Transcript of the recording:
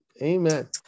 Amen